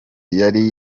yari